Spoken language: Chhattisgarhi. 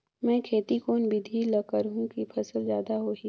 मै खेती कोन बिधी ल करहु कि फसल जादा होही